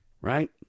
right